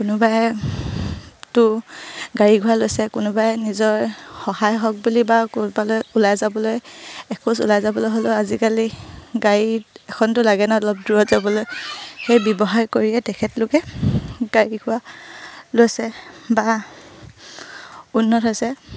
কোনোবাইতো গাড়ী গুৰা লৈছে কোনোবাই নিজৰ সহায় হওক বুলি বা ক'ৰবালৈ ওলাই যাবলৈ এখোজ ওলাই যাবলৈ হ'লেও আজিকালি গাড়ীত এখনতো লাগে ন অলপ দূৰত যাবলৈ সেই ব্যৱসায় কৰিয়ে তেখেতলোকে গাড়ী গুৰা লৈছে বা উন্নত হৈছে